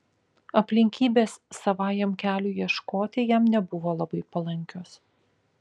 aplinkybės savajam keliui ieškoti jam nebuvo labai palankios